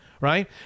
right